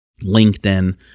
LinkedIn